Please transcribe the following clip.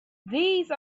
these